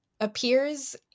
appears